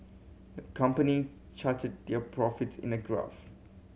the company charted their profits in a graph